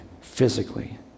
physically